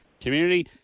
community